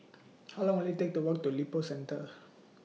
How Long Will IT Take to Walk to Lippo Centre